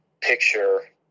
picture